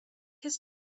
his